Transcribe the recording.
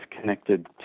connected